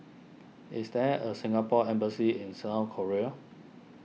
is there a Singapore Embassy in South Korea